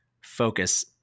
focus